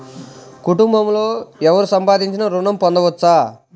కుటుంబంలో ఎవరు సంపాదించినా ఋణం పొందవచ్చా?